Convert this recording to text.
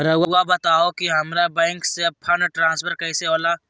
राउआ बताओ कि हामारा बैंक से फंड ट्रांसफर कैसे होला?